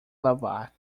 lavar